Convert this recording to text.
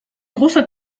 großer